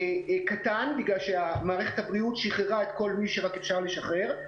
קטן בגלל שמערכת הבריאות שחררה את כל מי שרק אפשר לשחרר.